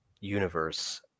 universe